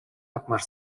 авмаар